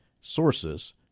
sources